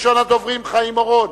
ראשון הדוברים, חבר הכנסת חיים אורון,